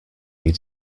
need